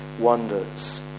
wonders